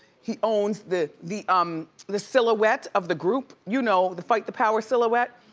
he owns the the um the silhouette of the group, you know the fight the power silhouette?